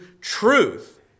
truth